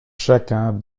chacun